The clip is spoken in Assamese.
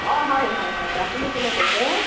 অঁ হয় হয় হয় আপুনি কোনে কৈছে